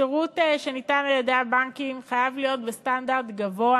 השירות שניתן על-ידי הבנקים חייב להיות בסטנדרט גבוה